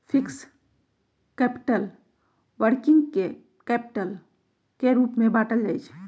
fixed capital, working capital के रूप में बाटल जाइ छइ